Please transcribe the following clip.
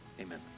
amen